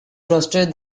frosted